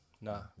No